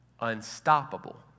unstoppable